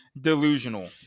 delusional